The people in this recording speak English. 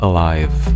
Alive